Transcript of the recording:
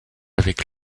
avec